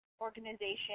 Organization